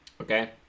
okay